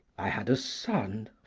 i had a son,